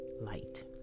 light